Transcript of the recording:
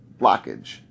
blockage